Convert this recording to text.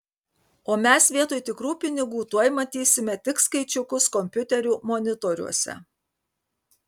o mes vietoj tikrų pinigų tuoj matysime tik skaičiukus kompiuterių monitoriuose